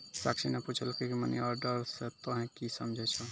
साक्षी ने पुछलकै की मनी ऑर्डर से तोंए की समझै छौ